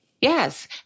Yes